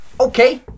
okay